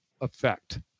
effect